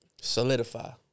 solidify